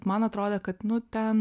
man atrodė kad nu ten